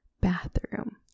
bathroom